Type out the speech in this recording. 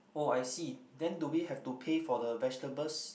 oh I see then do we have to pay for the vegetables